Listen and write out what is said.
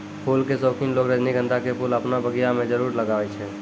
फूल के शौकिन लोगॅ रजनीगंधा के फूल आपनो बगिया मॅ जरूर लगाय छै